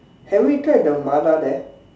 have we tried the Mala there